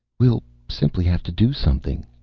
we'll simply have to do something,